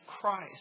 Christ